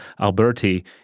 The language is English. Alberti